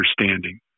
understanding